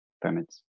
permits